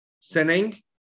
sinning